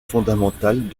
fondamentales